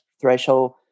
threshold